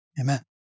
Amen